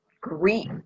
greet